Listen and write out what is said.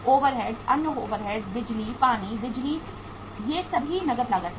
overheads अन्य overheads बिजली पानी बिजली ये सभी नकद लागत हैं